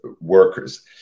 workers